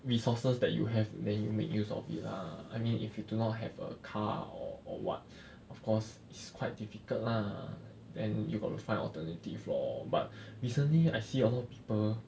resources that you have then you make use of it lah I mean if you do not have a car or or what of course it's quite difficult lah then you got to find alternative lor but recently I see a lot of people